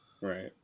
Right